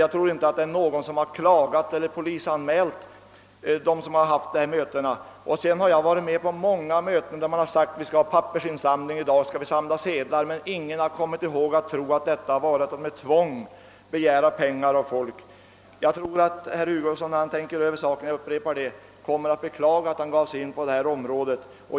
Jag tror inte heller att det är någon som klagat eller polisanmält dem som anordnat mötena. Jag har varit på många möten där det har sagts: »Vi skall i dag ha ”pappersinsamling” och samla in sedlar.» Men ingen har uppfattat detta som ett tvång. Jag tror att herr Hugosson när han tänkt över denna sak — jag upprepar det — kommer att beklaga att han gav sig in på detta.